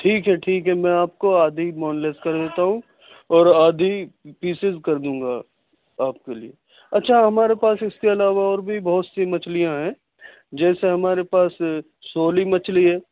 ٹھیک ہےٹھیک ہے میں آپ کو آدھی بونلیس کر دیتا ہوں اور آدھی پیسز کر دوں گا آپ کے لیے اچھا ہمارے پاس اس کے علاوہ اور بھی بہت سی مچھلیاں ہیں جیسے ہمارے پاس سولی مچھلی ہے